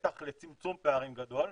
פתח לצמצום פערים גדול,